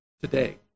today